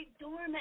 dormant